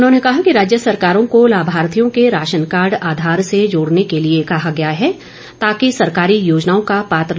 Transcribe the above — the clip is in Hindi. उन्होंने कहा कि राज्य सरकारों को लाभार्थियों के राशन कार्ड आधार से जोडने के लिए कहा गया है ताकि सरकारी योजनाओं का पात्र लोगों को लाभ मिल सके